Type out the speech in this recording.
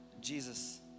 Jesus